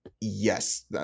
yes